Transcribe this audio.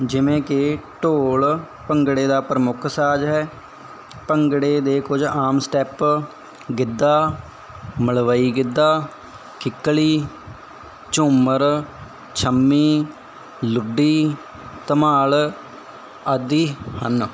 ਜਿਵੇਂ ਕਿ ਢੋਲ ਭੰਗੜੇ ਦਾ ਪ੍ਰਮੁੱਖ ਸਾਜ ਹੈ ਭੰਗੜੇ ਦੇ ਕੁਝ ਆਮ ਸਟੈਪ ਗਿੱਧਾ ਮਲਵਈ ਗਿੱਧਾ ਕਿੱਕਲੀ ਝੂਮਰ ਸੰਮੀ ਲੁੱਡੀ ਧਮਾਲ ਆਦਿ ਹਨ